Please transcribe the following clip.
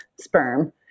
sperm